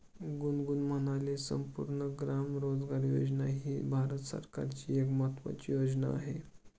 गुनगुन म्हणाले, संपूर्ण ग्राम रोजगार योजना ही भारत सरकारची एक महत्त्वाची योजना आहे